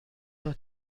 نوع